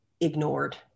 ignored